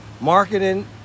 marketing